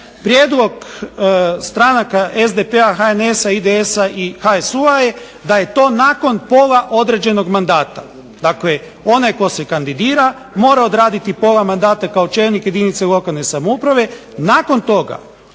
Prijedlog stranaka SDP-a, HNS-a, IDS-a i HSU-a je da je to nakon pola odrađenog mandata, dakle onaj koji se kandidira mora odraditi pola mandata kao čelnik jedinice lokalne samouprave, nakon toga